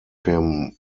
him